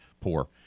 poor